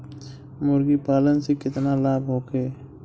मुर्गीपालन से केतना लाभ होखे?